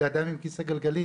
לאדם עם כסא גלגלים,